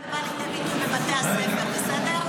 איך זה נראה ובא לידי ביטוי בבתי הספר, בסדר?